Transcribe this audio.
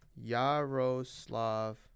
Yaroslav